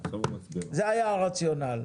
זה היה הרציונל.